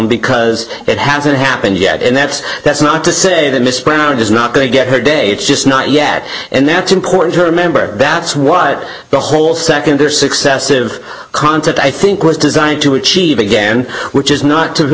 because it has it happened yet and that's that's not to say that miss brown is not going to get her day it's just not yet and that's important to remember that's what the whole second or successive concept i think was designed to achieve again which is not to